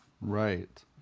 Right